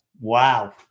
wow